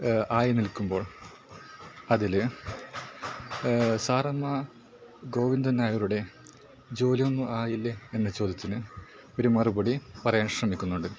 ആയി നിൽക്കുമ്പോൾ അതിൽ സാറമ്മ ഗോവിന്ദൻ നായരുടെ ജോലിയൊന്നും ആയില്ലേ എന്ന ചോദ്യത്തിന് ഒരു മറുപടി പറയാൻ ശ്രമിക്കുന്നുണ്ട്